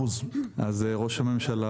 ראש הממשלה,